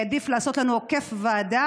העדיף לעשות לנו "עוקף ועדה",